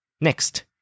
Next